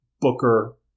Booker